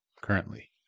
currently